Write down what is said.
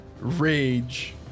rage